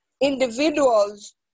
individuals